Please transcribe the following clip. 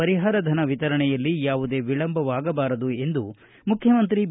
ಪರಿಹಾರ ಧನ ವಿತರಣೆಯಲ್ಲಿ ಯಾವುದೇ ವಿಳಂಬವಾಗಬಾರದು ಎಂದು ಮುಖ್ಯಮಂತ್ರಿ ಬಿ